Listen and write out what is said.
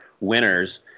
winners